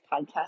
podcast